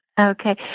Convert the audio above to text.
Okay